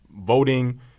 voting